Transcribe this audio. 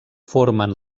formen